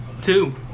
Two